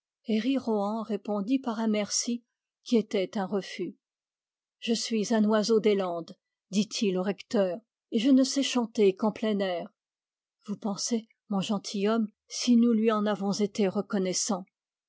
rohan répondit par un merci qui était un refus je suis un oiseau des landes dit-il au recteur et je ne sais chanter qu'en plein air vous pensez mon gentilhomme si nous lui en avons été reconnaissants